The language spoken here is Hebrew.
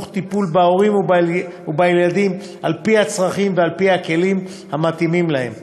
תוך טיפול בהורים ובילדים על-פי הצרכים ועל-פי הכלים המתאימים להם,